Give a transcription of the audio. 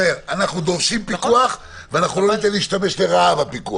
שאנחנו דורשים פיקוח ואנחנו לא ניתן להשתמש לרעה בפיקוח.